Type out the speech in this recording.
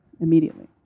immediately